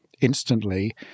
instantly